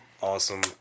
awesome